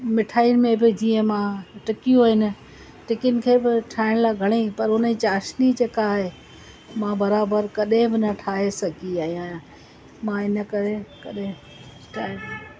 मिठाइनि में बि जीअं मां टिकियूं आहिनि टिकियुनि खे बि ठाहिण लाइ घणेई पर हुननि जी चाशिनी जेका आहे मां बराबरि कॾहिं बि न ठाहे सघी आहियां मां हिन करे कॾहिं ट्राए